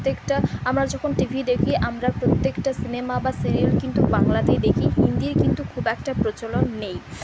প্রত্যেকটা আমরা যখন টিভি দেখি আমরা প্রত্যেকটা সিনেমা বা সিরিয়াল কিন্তু বাংলাতেই দেখি হিন্দির কিন্তু খুব একটা প্রচলন নেই